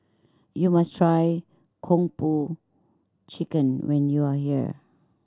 you must try Kung Po Chicken when you are here